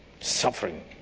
Suffering